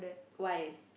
why